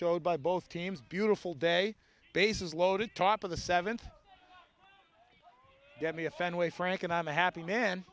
showed by both teams beautiful day basis loaded top of the seventh get me a fenway frank and i'm a happy man